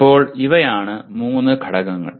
അപ്പോൾ ഇവയാണ് മൂന്ന് ഘടകങ്ങൾ